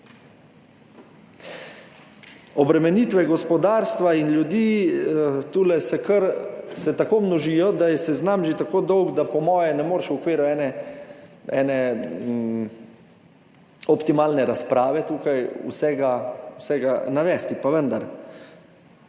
Obremenitve gospodarstva in ljudi tule se tako množijo, da je seznam že tako dolg, da po mojem ne moreš v okviru ene optimalne razprave tukaj vsega navesti. Pa vendar.